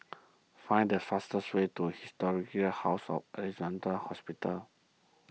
find the fastest way to Historic House of Alexandra Hospital